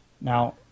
now